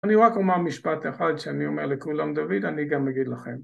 אני רק אומר משפט אחד שאני אומר לכולם, דוד, אני גם אגיד לכם.